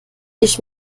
ich